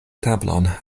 tablon